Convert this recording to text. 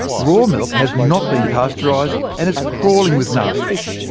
raw milk has not been pasteurised, and is crawling with nasties.